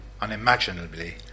unimaginably